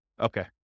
Okay